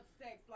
sex